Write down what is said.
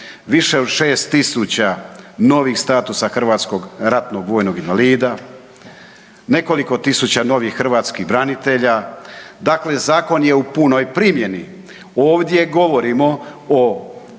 Više od 6 tisuća novih statusa hrvatskog ratnog vojnog invalida, nekoliko tisuća novih hrvatskih branitelja, dakle zakon je u punoj primjeni. Ovdje govorimo o